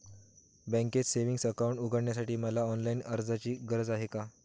बँकेत savings account उघडण्यासाठी मला ऑनलाईन अर्जाची गरज आहे का?